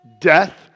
Death